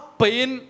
pain